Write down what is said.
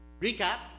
recap